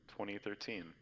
2013